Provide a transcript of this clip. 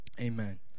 Amen